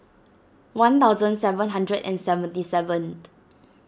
one thousand seven hundred and seventy seven